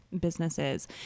businesses